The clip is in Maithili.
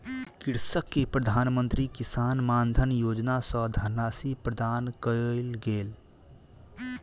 कृषक के प्रधान मंत्री किसान मानधन योजना सॅ धनराशि प्रदान कयल गेल